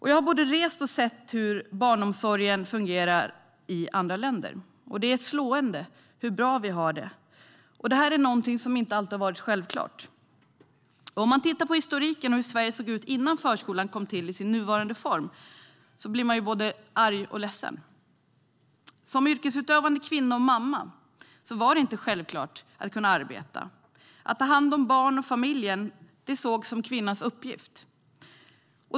Jag har rest och sett hur barnomsorgen fungerar i andra länder, och det är slående hur bra vi har det. Detta är någonting som inte alltid har varit självklart. Om man tittar på historiken och hur Sverige såg ut innan förskolan kom till i sin nuvarande form blir man både arg och ledsen. Som yrkesutövande kvinna och mamma var det inte självklart att kunna arbeta - att ta hand om barn och familj sågs som kvinnans uppgift.